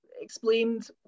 explained